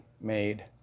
made